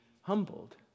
humbled